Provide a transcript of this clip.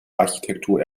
architektur